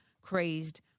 crazed